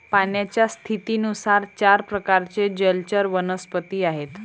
पाण्याच्या स्थितीनुसार चार प्रकारचे जलचर वनस्पती आहेत